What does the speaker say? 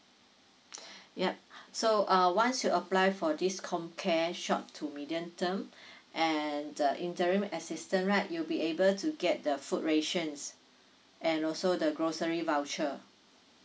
yup so uh once you apply for this com care short to medium term and the interim assistant right you'll be able to get the food rations and also the grocery voucher